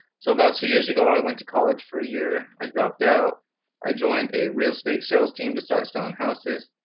so about two years ago, i went to college for a year. i dropped out i joined a real estate sales team to start selling houses.